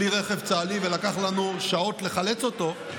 כלי רכב צה"לי, ולקח לנו שעות לחלץ אותו,